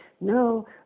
no